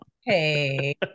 hey